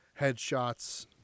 headshots